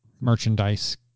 merchandise